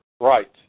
Right